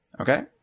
Okay